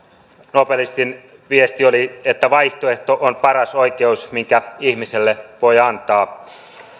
nobelistin viesti oli että vaihtoehto on paras oikeus minkä ihmiselle voi antaa